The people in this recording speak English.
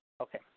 Okay